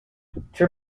three